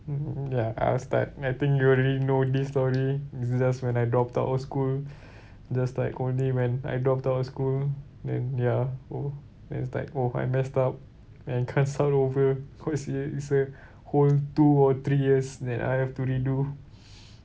mm ya I'll start I think you already know this story is just when I dropped out of school just like only when I dropped out of school then ya oh then it's like oh I messed up and can't start over because ya it's a whole two or three years that I have to redo